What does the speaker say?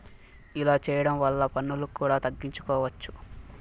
ఇలా చేయడం వల్ల పన్నులు కూడా తగ్గించుకోవచ్చు